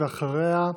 אחריה,